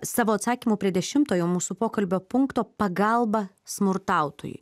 savo atsakymu prie dešimtojo mūsų pokalbio punkto pagalba smurtautojui